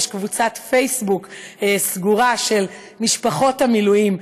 יש קבוצת פייסבוק סגורה של משפחות המילואים,